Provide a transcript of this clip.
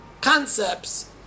concepts